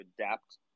adapt